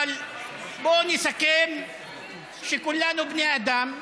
אבל בוא נסכם שכולנו בני אדם,